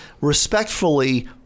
respectfully